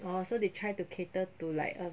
orh so they try to cater to like a